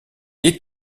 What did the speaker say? est